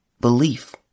belief